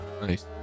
Nice